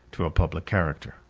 to a public character.